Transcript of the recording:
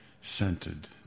scented